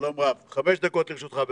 שלום רב, חמש דקות לרשותך.